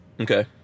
Okay